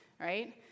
right